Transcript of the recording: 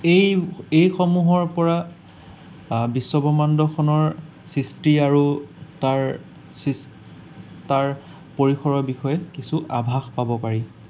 এই এইসমূহৰ পৰা বিশ্ব ব্ৰহ্মাণ্ডখনৰ সৃষ্টি আৰু তাৰ তাৰ পৰিসৰৰ বিষয়ে কিছু আভাস পাব পাৰি